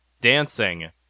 Dancing